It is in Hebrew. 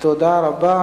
תודה רבה.